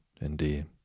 indeed